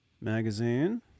magazine